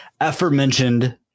aforementioned